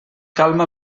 calma